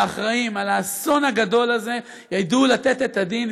והאחראים לאסון הגדול הזה ידעו לתת את הדין,